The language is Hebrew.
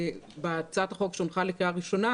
בהצעת החוק שהונחה לקריאה ראשונה,